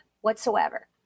whatsoever